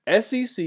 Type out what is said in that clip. SEC